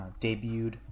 debuted